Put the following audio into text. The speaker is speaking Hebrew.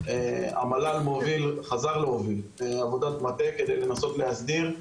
המל"ל חזר להוביל עבודת מטה כדי לנסות להסדיר.